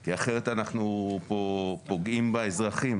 כי אחרת אנחנו פוגעים פה באזרחים,